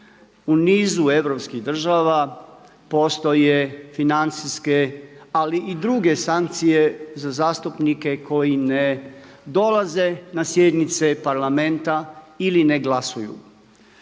U nizu europskih država postoje financijske ali i druge sankcije za zastupnike koji ne dolaze na sjednice Parlamenta ili ne glasuju.